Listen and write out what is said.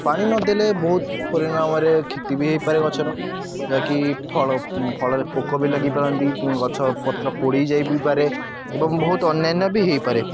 ପାଣି ନଦେଲେ ବହୁତ ପରିଣାମରେ କ୍ଷତି ବି ହୋଇପାରେ ଗଛର ଯାହା କି ଫଳ ଫଳରେ ପୋକ ବି ଲାଗିପାରନ୍ତି ପୁଣି ଗଛ ପତ୍ର ପୋଡ଼ି ଯାଇପାରେ ଏବଂ ବହୁତ ଅନ୍ୟାନ୍ୟ ବି ହୋଇପାରେ